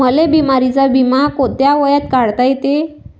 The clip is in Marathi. मले बिमारीचा बिमा कोंत्या वयात काढता येते?